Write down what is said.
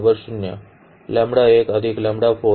तर आम्ही